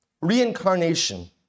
reincarnation